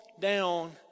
down